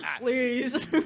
Please